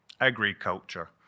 agriculture